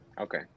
Okay